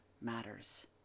matters